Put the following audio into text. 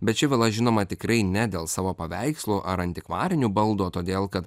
bet ši vila žinoma tikrai ne dėl savo paveikslų ar antikvarinių baldų o todėl kad